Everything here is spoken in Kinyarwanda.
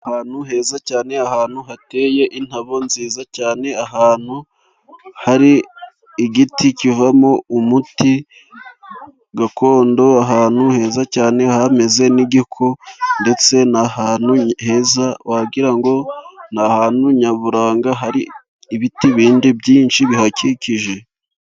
Ahantu heza cyane ahantu hateye indabo nziza cyane, ahantu hari igiti kivamo umuti gakondo, ahantu heza cyane hameze n'igiko ndetse n'ahantu heza wagira ngo ni ahantu nyaburanga, hari ibiti bindi byinshi bihakikije.